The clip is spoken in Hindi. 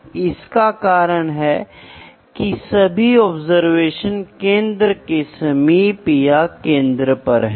नियंत्रण की सटीकता अनिवार्य रूप से माप की सटीकता पर निर्भर करती है